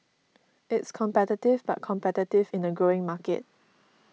it's competitive but competitive in a growing market